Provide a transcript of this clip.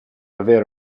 avere